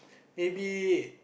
A B